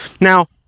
Now